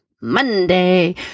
Monday